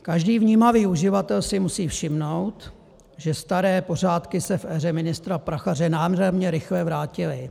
Každý vnímavý uživatel si musí všimnout, že staré pořádky se v éře ministra Prachaře nádherně rychle vrátily.